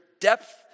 depth